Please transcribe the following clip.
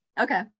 Okay